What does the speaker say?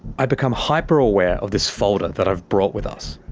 i become hyper aware of this folder that i brought with us.